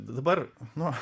d dabar nuo